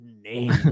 name